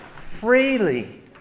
freely